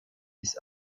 list